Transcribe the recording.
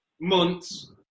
months